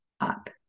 up